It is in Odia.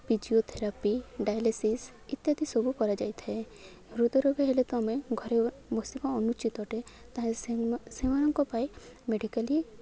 ଫିଜିଓଥେରାପି ଡାୟାଲିସିସ୍ ଇତ୍ୟାଦି ସବୁ କରାଯାଇଥାଏ ହୃଦ୍ରୋଗ ହେଲେ ତ ଆମେ ଘରେ ବସିିବା ଅନୁଚିତ୍ ଅଟେ ତା'ହେଲେ ସେମାନଙ୍କ ପାଇଁ ମେଡ଼ିକାଲ୍ ହିଁ